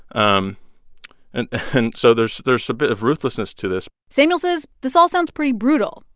um and and so there's there's a bit of ruthlessness to this samuel says this all sounds pretty brutal,